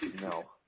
No